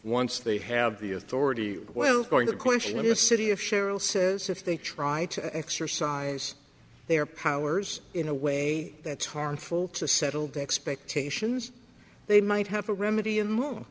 once they have the authority well going the question of the city of cheryl says if they try to exercise their powers in a way that's harmful to settle down expectations they might have a remedy